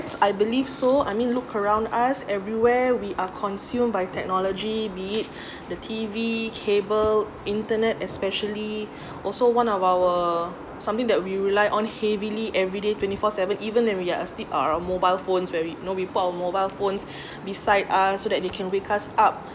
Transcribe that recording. I believe so I mean look around us everywhere we are consumed by technology be it the T_V cable internet especially also one of our something that we rely on heavily everyday twenty four seven even when we are asleep uh our mobile phones where we we put our mobile phones beside us so that they can wake us up